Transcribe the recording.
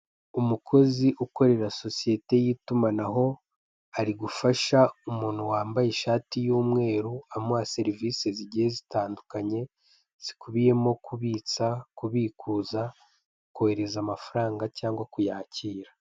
Umukozi ukorera sosiyete y'itumanaho ari gufasha umuntu wambaye ishati y'umweru amuha serivise zigiye zitandukanye zikubiyemo kubitsa, kubikuza, kohereza amafaranga cyangwa kuyakira.